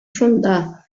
шунда